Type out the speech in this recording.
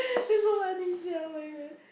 that's so funny sia oh-my-God